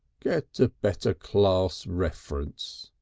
get a better class reference.